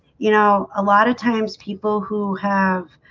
you know a lot of times people who have